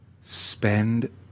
Spend